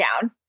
down